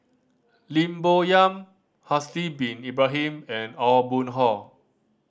Lim Bo Yam Haslir Bin Ibrahim and Aw Boon Haw